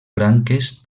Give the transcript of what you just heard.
branques